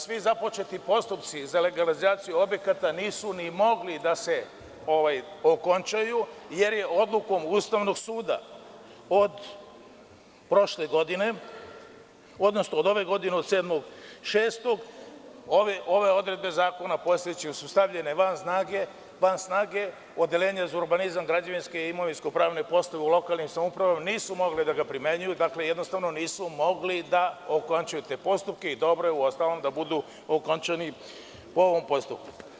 Svi započeti postupci za legalizaciju objekata nisu ni mogli da se okončaju, jer je odlukom Ustavnog suda od prošle godine, odnosno od ove godine, od 7.6, ove odredbe postojećeg zakona su stavljene van snage, Odeljenje za urbanizam, građevinske i imovinsko-pravne poslove u lokalnim samoupravama nisu mogle da ga primenjuju, jednostavno nisu mogli da okončaju te postupke i dobro je uostalom da budu okončani po ovom postupku.